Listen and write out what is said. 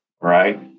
right